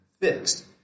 fixed